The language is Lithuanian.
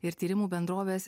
ir tyrimų bendrovės